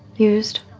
used